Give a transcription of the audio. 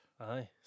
Aye